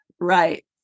right